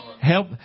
Help